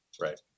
Right